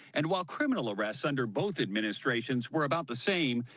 and while criminal arrests under both administrations were about the same,